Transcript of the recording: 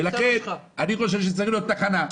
לכן אני חושב שצריכה להיות תחנה,